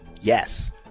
Yes